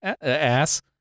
ass